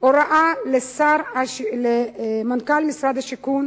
הוראה למנכ"ל משרד השיכון